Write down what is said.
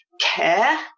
care